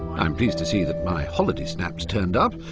i'm pleased to see that my holiday snaps turned up.